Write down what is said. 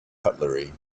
cutlery